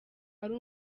ari